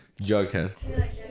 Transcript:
Jughead